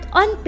on